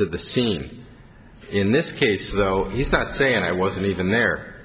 to the scene in this case though he's not saying i wasn't even there